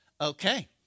Okay